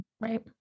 Right